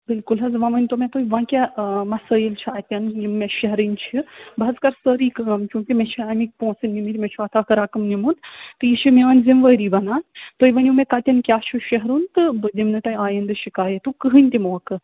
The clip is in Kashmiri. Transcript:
بِلکُل حَظ وۄنۍ ؤنۍتو مےٚ تُہۍ وۄنۍ کیٚاہ مسٲیِل چھِ اَتٮ۪ٮن یِم مےٚ شیرٕنۍ چھِ بہٕ حَظ کَرٕ سٲری کٲم چوٗنٛکہِ مےٚ چھِ اَمِکۍ پونٛسہٕ نِمٕتۍ مےٚ چھُ اَکھ اَکھ رقم نِمُت تہٕ یہِ چھِ میٛٲنۍ ذِمہٕ وٲری بَنان تہٕ تُہۍ ؤنِو مےٚ کتٮ۪ن کیٛاہ چھُ شیرُن تہٕ بہٕ دِمہٕ نہٕ تۄہہِ آینٛدٕ شِکایتُک کٕہٕنۍ تہِ موقعہٕ